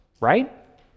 right